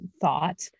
thought